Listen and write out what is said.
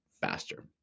faster